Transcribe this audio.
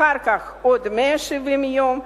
אחר כך עוד 170 יום.